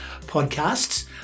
podcasts